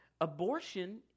abortion